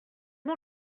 bon